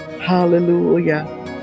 Hallelujah